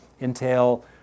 entail